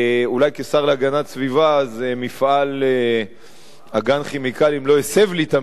אולי כשר להגנת הסביבה מפעל "אגן כימיקלים" לא הסב לי תמיד נחת,